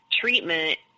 treatment